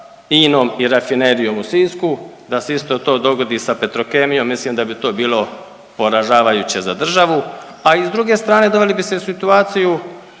INA-om i Rafinerijom u Sisku da se isto to dogodi sa Petrokemijom, mislim da bi to bilo poražavajuće za državu, a i s druge strane doveli bi se u situaciju